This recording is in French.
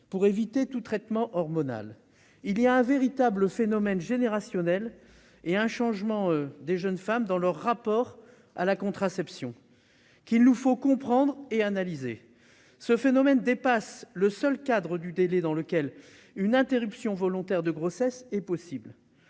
pour éviter tout traitement hormonal. On observe un véritable phénomène générationnel et un changement des jeunes femmes dans leur rapport à la contraception, qu'il nous faut comprendre et analyser. Ce phénomène dépasse le seul enjeu du délai dans lequel une interruption volontaire de grossesse est possible.